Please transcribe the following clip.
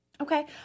Okay